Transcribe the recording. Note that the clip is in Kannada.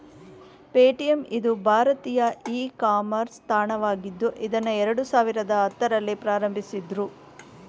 ಪೇಟಿಎಂ ಇದು ಭಾರತೀಯ ಇ ಕಾಮರ್ಸ್ ತಾಣವಾಗಿದ್ದು ಇದ್ನಾ ಎರಡು ಸಾವಿರದ ಹತ್ತುರಲ್ಲಿ ಪ್ರಾರಂಭಿಸಿದ್ದ್ರು